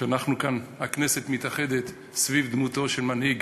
כשאנחנו כאן, הכנסת מתאחדת סביב דמותו של מנהיג